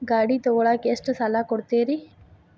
ಗಾಡಿ ತಗೋಳಾಕ್ ಎಷ್ಟ ಸಾಲ ಕೊಡ್ತೇರಿ?